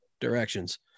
directions